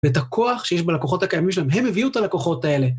ואת הכוח שיש בלקוחות הקיימים שלהם, הם הביאו את הלקוחות האלה.